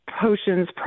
potions